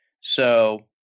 So-